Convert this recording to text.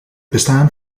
bestaan